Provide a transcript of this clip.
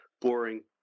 boring